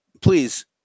please